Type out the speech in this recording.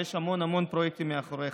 ויש המון המון פרויקטים מאחוריך,